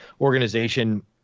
organization